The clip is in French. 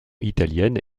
italienne